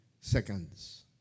seconds